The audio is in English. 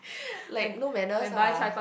like no manners ah